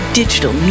digital